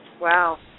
Wow